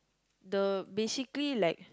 the basically like